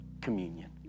communion